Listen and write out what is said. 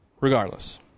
Regardless